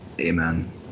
Amen